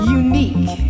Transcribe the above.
unique